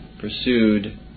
pursued